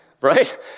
Right